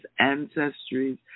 ancestries